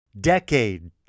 decade